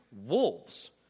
wolves